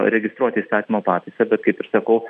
registruot įstatymo pataisą bet kaip ir sakau